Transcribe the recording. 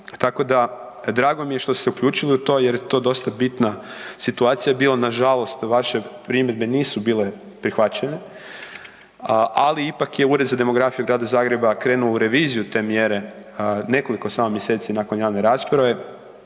tako da drago mi je što ste se uključili u to jer je to dosta bitna situacija bila. Nažalost vaše primjedbe nisu bile prihvaćene, ali ipak je Ured za demografiju Grada Zagreba krenuo u reviziju te mjere nekoliko samo mjeseci nakon javne rasprave